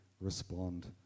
respond